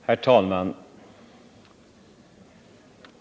Herr talman!